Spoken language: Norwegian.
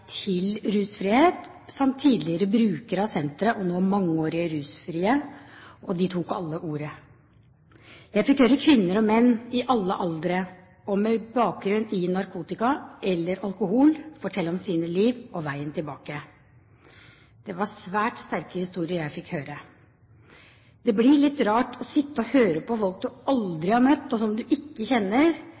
til rusfrihet samt tidligere brukere av senteret og nå mangeårig rusfrie. Og de tok alle ordet. Jeg fikk høre kvinner og menn i alle aldre – med bakgrunn i narkotika eller alkohol – fortelle om sitt liv og veien tilbake. Det var svært sterke historier jeg fikk høre. Det er litt rart å sitte og høre på folk du aldri har møtt og som du ikke kjenner,